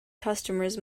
customers